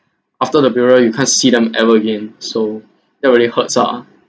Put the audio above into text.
after the burial you can't see them even again so that really hurts ah